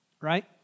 Right